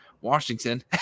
Washington